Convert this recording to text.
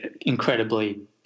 incredibly